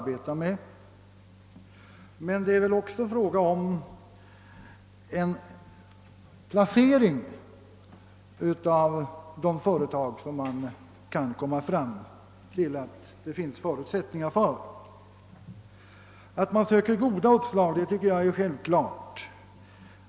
Det gäller emellertid också att avgöra var de företag som bedöms ha förutsättningar härför skall placeras. Att man söker goda uppslag tycker jag är självklart.